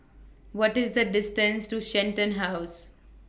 What IS The distance to Shenton House